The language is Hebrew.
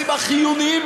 יחסי החוץ, שלחו מכתב כזה.